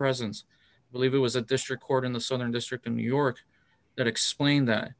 president's believe it was a district court in the southern district of new york that explained that